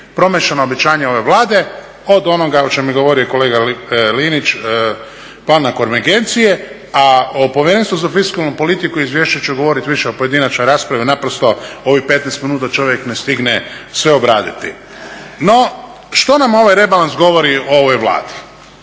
promašena obećanja ove Vlade od onoga o čemu je govorio kolega Linić plana konvergencije, a o Povjerenstvu za fiskalnu politiku izvješće ću govoriti više u pojedinačnoj raspravi jer ovih 15 minuta čovjek ne stigne sve obraditi. No, što nam ovaj rebalans govori o ovoj Vladi?